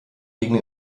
gegen